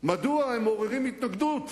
מדוע הם מעוררים התנגדות?